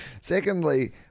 Secondly